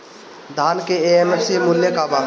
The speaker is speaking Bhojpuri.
धान के एम.एफ.सी मूल्य का बा?